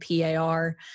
PAR